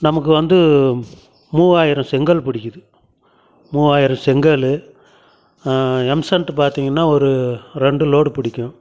நமக்கு வந்து மூவாயிரம் செங்கல் பிடிக்கிது மூவாயிரம் செங்கல் எம்சேன்ட்டு பார்த்திங்கனா ஒரு ரெண்டு லோடு பிடிக்கும்